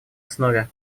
основе